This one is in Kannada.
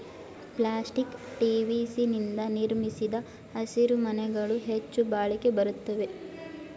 ಪ್ಲಾಸ್ಟಿಕ್ ಟಿ.ವಿ.ಸಿ ನಿಂದ ನಿರ್ಮಿಸಿದ ಹಸಿರುಮನೆಗಳು ಹೆಚ್ಚು ಬಾಳಿಕೆ ಬರುತ್ವೆ